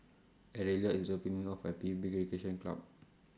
Ariella IS dropping Me off At P U B Recreation Club